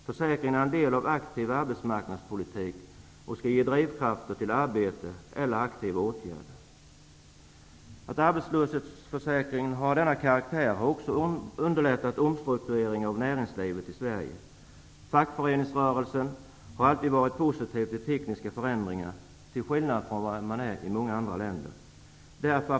Försäkringen är en del av den aktiva arbetsmarknadspolitiken och skall ge drivkrafter till arbete eller aktiva åtgärder. Att arbetslöshetsförsäkringen har denna karaktär har också underlättat omstruktureringar av näringslivet i Sverige. Fackföreningsrörelsen har alltid varit positiv till tekniska förändringar, till skillnad från vad man är i många andra länder.